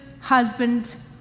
husband